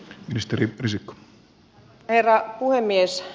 arvoisa herra puhemies